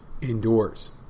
indoors